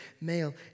male